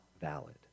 valid